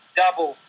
double